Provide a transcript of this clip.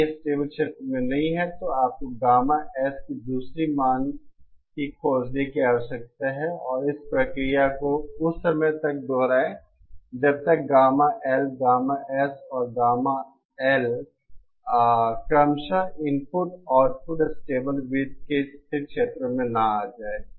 यदि यह स्टेबल क्षेत्र में नहीं है तो आपको गामा S की दूसरी मान की खोजने की आवश्यकता है और इस प्रक्रिया को उस समय तक दोहराएं जब तक गामा L गामा S और गामा L क्रमशः इनपुट और आउटपुट स्टेबल वृत्त के स्थिर क्षेत्रों में ना आ जाए